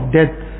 death